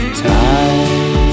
time